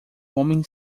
homem